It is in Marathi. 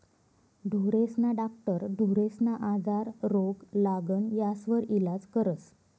ढोरेस्ना डाक्टर ढोरेस्ना आजार, रोग, लागण यास्वर इलाज करस